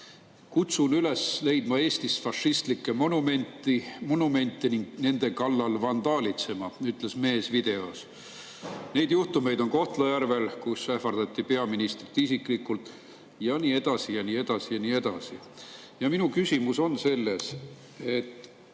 Kutsun üles leidma Eestis fašistlikke monumente ning nende kallal vandaalitsema, ütles mees videos. Neid juhtumeid on Kohtla-Järvel, kus ähvardati peaministrit isiklikult, ja nii edasi, ja nii edasi, ja nii edasi. Minu küsimus on selline.